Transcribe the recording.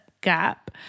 gap